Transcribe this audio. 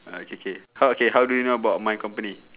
okay K how K how do you know about my company